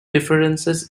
differences